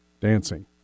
Dancing